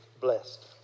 blessed